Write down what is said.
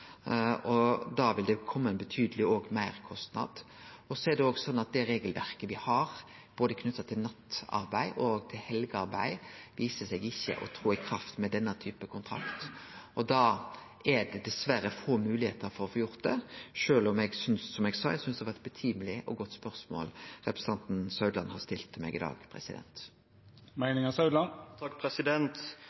og da vil det kome ein betydeleg meirkostnad. Det er òg sånn at det regelverket me har knytt til natt- og helgearbeid, viser seg ikkje å tre i kraft ved denne typen kontrakt. Da er det dessverre få moglegheiter for å få gjort det, sjølv om eg, som eg sa, synest det er eit høveleg og godt spørsmål representanten Meininger Saudland har stilt meg i dag.